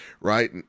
right